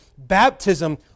baptism